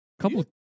couple